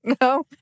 no